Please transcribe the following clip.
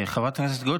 חברת הכנסת גוטליב,